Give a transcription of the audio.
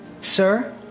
Sir